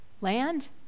Land